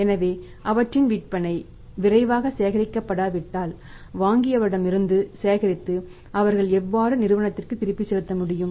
எனவே அவற்றின் விற்பனை விரைவாக சேகரிக்கப்படாவிட்டால் வாங்கியவர்களிடம் இருந்து சேகரித்து அவர்கள் எவ்வாறு நிறுவனத்திற்கு திருப்பிச் செலுத்த முடியும்